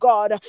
God